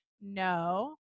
No